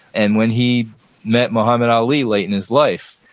and when he met muhammad ali late in his life,